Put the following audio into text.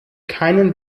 keinen